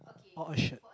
or a shirt